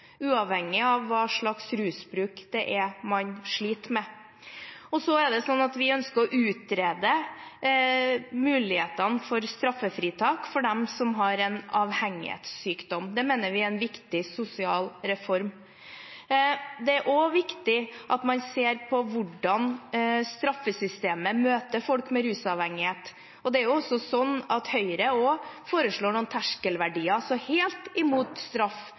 uavhengig av hva slags rusbruk man sliter med. Så er det sånn at vi ønsker å utrede mulighetene for straffritak for dem som har en avhengighetssykdom. Det mener vi er en viktig sosial reform. Det er også viktig at man ser på hvordan straffesystemet møter folk med rusavhengighet. Også Høyre foreslår noen terskelverdier, så helt imot straff